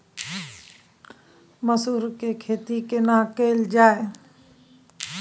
मसूर के खेती केना कैल जाय?